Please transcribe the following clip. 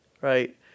right